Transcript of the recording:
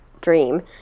dream